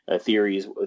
theories